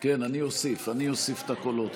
אני אוסיף את הקולות.